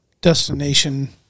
destination